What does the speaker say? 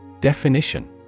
Definition